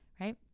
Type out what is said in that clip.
right